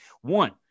one